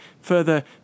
further